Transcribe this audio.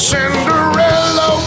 Cinderella